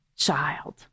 child